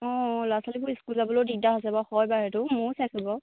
অঁ ল'ৰা ছোৱীবোৰ স্কুল যাবলৈও দিগদাৰ হৈছে বাৰু হয় বাৰু সেইটো ময়ো চাইছোঁ বাৰু